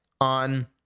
on